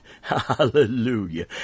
hallelujah